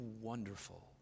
wonderful